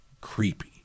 creepy